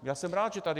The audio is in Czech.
Já jsem rád, že tady je.